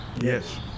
yes